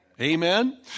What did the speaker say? Amen